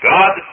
God